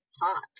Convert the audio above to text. hot